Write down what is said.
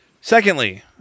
Secondly